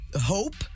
Hope